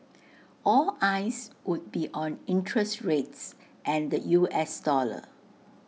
all eyes would be on interest rates and the U S dollar